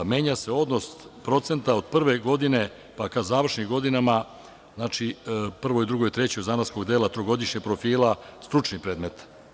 Menja se odnos procenta od prve godine, pa ka završnim godinama, znači, prvog i drugog i treće zanatskog dela trogodišnjeg profila stručnih predmeta.